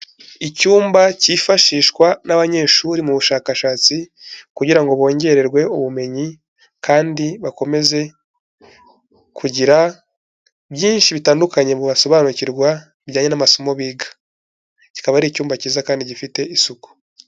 Icyumba cyifashishwa n'abanyeshuri mu bushakashatsi, kugira ngo bongererwe ubumenyi kandi bakomeze kugira byinshi bitandukanye basobanukirwa bijyanye n'amasomo biga. Kikaba ari icyumba cyiza kandi gifite isuku.